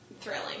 thrilling